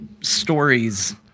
stories